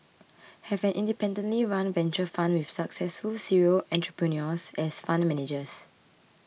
have an independently run venture fund with successful serial entrepreneurs as fund managers